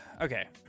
Okay